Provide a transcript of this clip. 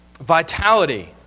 vitality